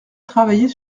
travailler